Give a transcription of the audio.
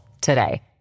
today